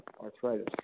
arthritis